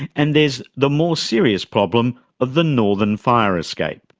and there's the more serious problem of the northern fire escape.